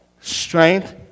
strength